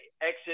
exit